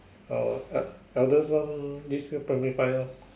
uh eldest one this year primary five lor